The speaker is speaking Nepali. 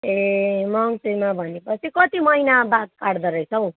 ए मङ्सिरमा भने पछि कति महिना बाद काट्दो रहेछ हौ